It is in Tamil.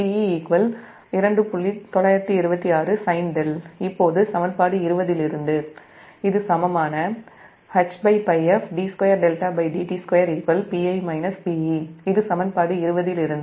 926sin δ இப்போது சமன்பாடு 20 இலிருந்து இது சமமான இது சமன்பாடு 20 இலிருந்து